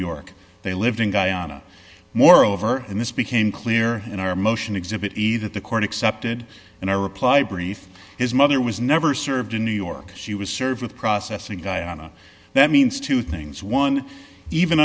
york they lived in guyana moreover and this became clear in our motion exhibit either the court accepted and our reply brief his mother was never served in new york she was served with processing guyana that means two things one even